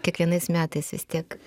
kiekvienais metais vis tiek